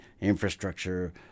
infrastructure